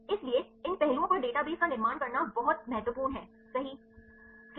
इसलिए इन पहलुओं पर डेटाबेस का निर्माण करना बहुत महत्वपूर्ण है सही